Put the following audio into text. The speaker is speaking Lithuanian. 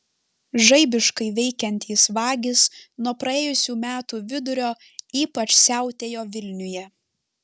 žaibiškai veikiantys vagys nuo praėjusių metų vidurio ypač siautėjo vilniuje